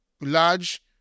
Large